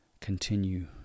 continue